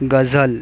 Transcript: गझल